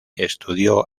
estudió